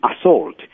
assault